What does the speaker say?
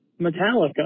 Metallica